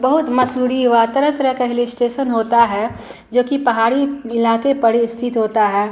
बहुत मसूरी हुआ तरह तरह का हिल स्टेशन होता है जोकि पहाड़ी इलाके पर स्थित होता है